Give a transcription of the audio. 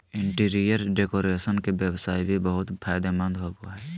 interior decoration के व्यवसाय भी बहुत फायदेमंद होबो हइ